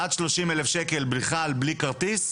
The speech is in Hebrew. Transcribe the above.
עד שלושים אלף שקל בכלל בלי כרטיס.